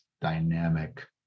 dynamic